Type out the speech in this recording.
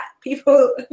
people